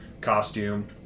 costume